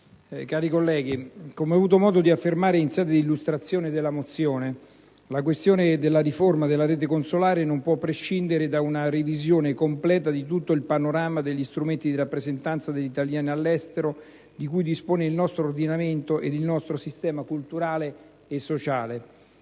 cari colleghi, come ho avuto modo di affermare in sede di illustrazione della mozione, la questione della riforma della rete consolare non può prescindere da una revisione completa di tutto il panorama degli strumenti di rappresentanza degli italiani all'estero di cui dispongono il nostro ordinamento ed il nostro sistema culturale e sociale.